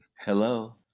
Hello